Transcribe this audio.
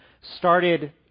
started